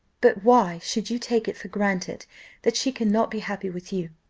but why should you take it for granted that she cannot be happy with you?